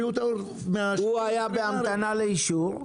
הוא היה בהמתנה לאישור?